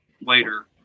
later